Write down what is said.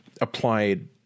applied